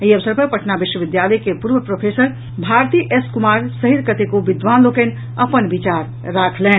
एहि अवसर पर पटना विश्वविद्यालय के पूर्व प्रोफेसर भारती एस कुमार सहित कतेको विद्वान लोकनि अपन विचार राखलनि